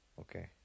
Okay